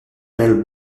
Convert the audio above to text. nel